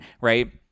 right